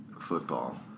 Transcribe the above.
football